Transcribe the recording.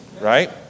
right